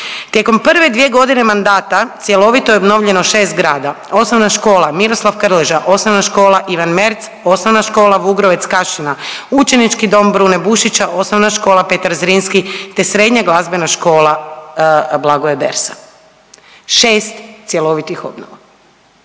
Tijekom prve dvije godine mandata cjelovito je obnovljeno šest zgrada, OŠ Miroslav Krleža, OŠ Ivan Merz, OŠ Vugrovec Kašina, Učenički dom Brune Bušića, OŠ Petra Zrinski te Srednja glazbena škola Blagoje Bersa, šest cjeloviti obnova